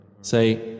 Say